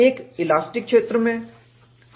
एक इलास्टिक क्षेत्र में है